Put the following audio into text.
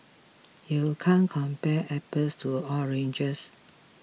you can't compare apples to oranges